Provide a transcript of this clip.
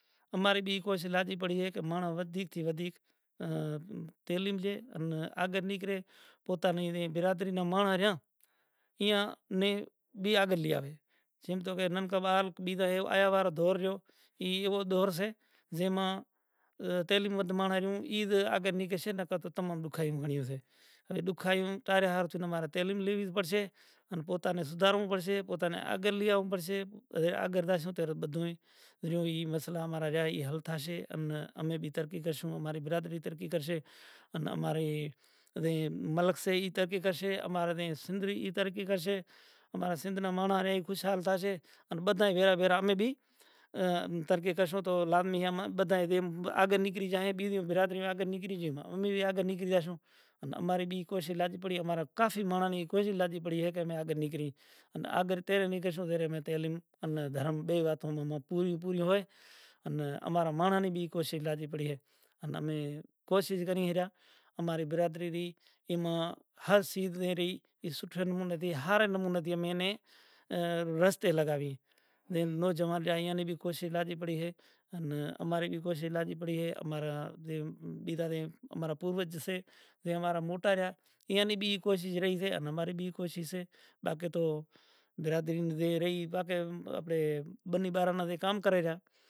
کال زیم نی کبیعر صاحب نے بھجن نو اچار کریو ہتو ہوے زیون ماں نانکانڑے تھیں اتے قدر پوہتا ساں دھرم ناں حساب تھی وہنوار ناں حساب تھی ریتی رواج ناں حساب تھی تو امیں زانڑاں تو اماں ماں کجھ زام مانڑاں نو پریشر ہوئیسے جام مانڑاں امیں مجبور کریسیں لاچار کرے سیں جے ناں انوسار تھی امارا پوئیتے وہنوار سے زں امارو دھرم سے اے امارو دھرم طریقے نی اپنایو نتھی ہگتا کئی اینا مثال سے جے نا انوسار تھی امارا ایک راماپیر نو میڑو بھی آوے سے تو اینا حساب تھی دھرم نے حساب تھی اماں نے روکیا زائیں تا کہ میڑا ناں آگر سیڑے کریو زائیسے جام ٹیم سے پنڑ مہینڑو پوری ڈیگھ ہالے زائے ایئاں نو کام پورو نمٹے تا رے اماں نیں موکل مڑی زائے پسے باڑ بچا تیڑے ہرکو